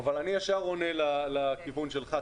אני ישר עונה לכיוון שלך.